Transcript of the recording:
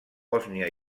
bòsnia